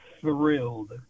thrilled